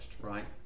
right